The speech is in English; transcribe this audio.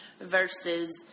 versus